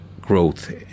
growth